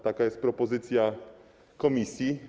Taka jest propozycja komisji.